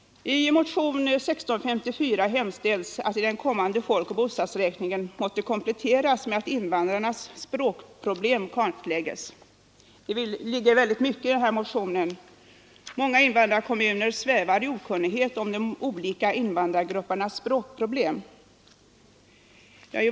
I motionen 1654 hemställs att den kommande folkoch bostadsräkningen måtte kompletteras med att invandrarnas språkproblem kartläggs. Det ligger väldigt mycket i den motionen. Många invandrarkommuner svävar i okunnighet om de olika invandrargruppernas språkproblem.